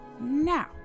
Now